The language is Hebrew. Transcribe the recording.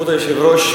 כבוד היושב-ראש,